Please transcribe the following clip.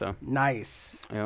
Nice